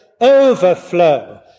overflow